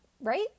right